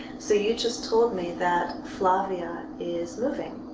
so, you just told me that flavia is moving.